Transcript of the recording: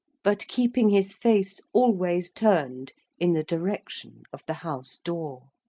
but keeping his face always turned in the direction of the house-door.